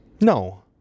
No